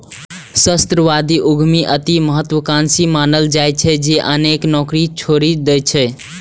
सहस्राब्दी उद्यमी अति महात्वाकांक्षी मानल जाइ छै, जे अनेक नौकरी छोड़ि दैत छै